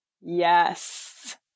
Yes